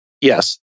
yes